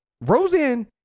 Roseanne